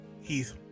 Heath